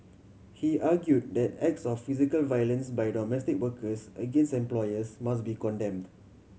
he argue that acts of physical violence by domestic workers against employers must be condemned